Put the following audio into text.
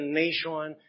nation